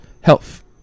health